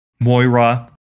Moira